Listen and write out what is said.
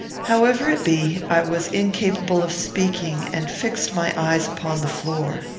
however it be, i was incapable of speaking, and fixed my eyes upon the floor.